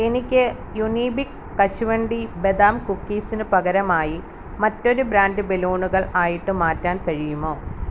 എനിക്ക് യുണീബിക് കശുവണ്ടി ബദാം കുക്കീസിന് പകരമായി മറ്റൊരു ബ്രാൻറ്റ് ബലൂണുകൾ ആയിട്ട് മാറ്റാൻ കഴിയുമോ